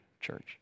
Church